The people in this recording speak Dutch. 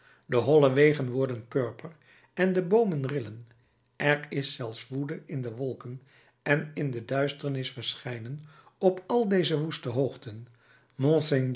de holle wegen worden purper en de boomen rillen er is zelfs woede in de wolken en in de duisternis verschijnen op al deze woeste hoogten